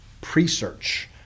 pre-search